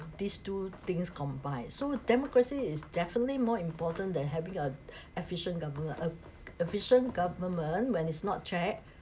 these two things combine so democracy is definitely more important than having a efficient government uh efficient government when it's not checked